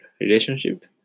relationship